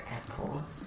apples